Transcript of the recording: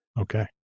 Okay